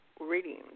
reading